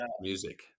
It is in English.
music